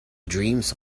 dreams